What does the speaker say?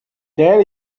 then